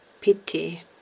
pity